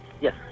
Yes